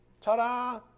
Ta-da